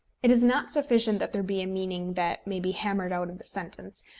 it is not sufficient that there be a meaning that may be hammered out of the sentence,